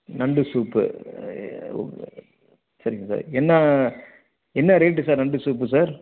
நண்டு சூப்பு சரிங்க சார் என்ன என்ன ரேட்டு சார் நண்டு சூப்பு சார்